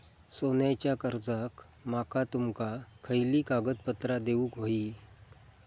सोन्याच्या कर्जाक माका तुमका खयली कागदपत्रा देऊक व्हयी?